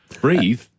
Breathe